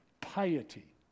piety